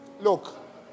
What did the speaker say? look